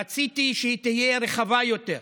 רציתי שהיא תהיה רחבה יותר,